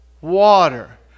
water